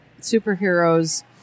superheroes